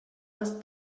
was